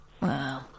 wow